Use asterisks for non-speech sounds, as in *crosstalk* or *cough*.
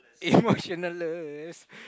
emotionless *breath*